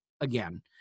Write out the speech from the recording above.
again